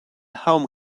home